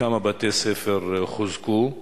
כמה בתי-ספר חוזקו?